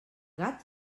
gat